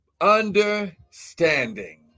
understanding